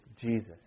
Jesus